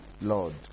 Lord